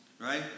right